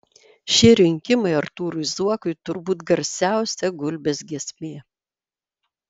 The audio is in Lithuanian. šie rinkimai artūrui zuokui turbūt garsiausia gulbės giesmė